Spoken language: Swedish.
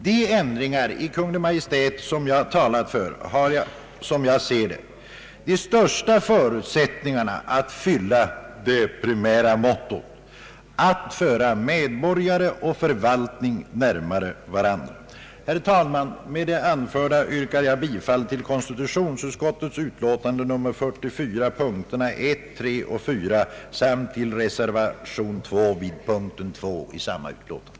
De ändringar i Kungl. Maj:ts proposition som jag talat för har enligt min uppfattning de största förut sättningarna att fylla det primära målet att föra medborgare och förvaltning närmare varandra. Herr talman! Med det anförda yrkar jag bifall till punkterna 1, 3 och 4 i konstitutionsutskottets utlåtande nr 44 samt till reservationen 2 vid punkten 2 i samma utlåtande.